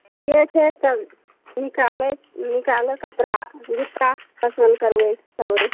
ठीके छै तऽ निकालथि निकालहुँ कपड़ा जूता पसन्द करबै लेबै